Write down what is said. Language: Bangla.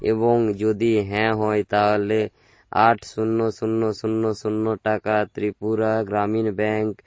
এবং যদি হ্যাঁ হয় তাহলে আট শূন্য শূন্য শূন্য শূন্য টাকা ত্রিপুরা গ্রামীণ ব্যাঙ্ক